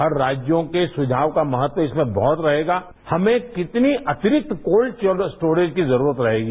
हर राज्यों के सुझाव का महत्व इसमें बहत रहेगा हमें कितने अतिरिक्त कोल्ड चेन स्टोरेज की जरूरत रहेगी